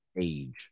age